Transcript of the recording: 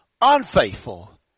Unfaithful